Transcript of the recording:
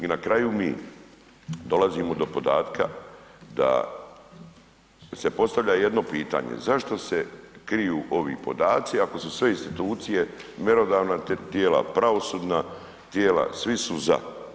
I na kraju mi dolazimo do podatka da se postavlja jedno pitanje zašto se kriju ovi podaci ako su sve institucije mjerodavna tijela, pravosudna tijela, svi su za.